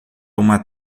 uma